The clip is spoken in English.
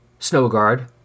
Snowguard